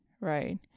right